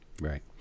Right